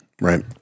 right